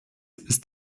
ist